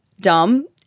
dumb